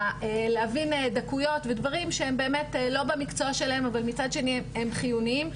להבין דקויות ודברים שהם באמת לא במקצוע שלהם אבל מצד שני הם חיוניים,